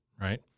Right